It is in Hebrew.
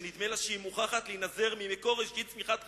שנדמה לה שהיא מוכרחת להינזר ממקור ראשית צמיחת חייה",